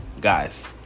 Guys